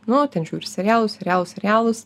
nu ten žiūri serialus serialus serialus